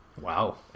wow